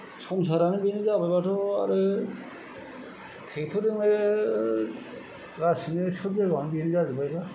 संसारानो बेनो जाबायबाथ' आरो ट्रेक्टर जोंनो गासैबो सब जायगायावनो बेनो जाजोबबायबा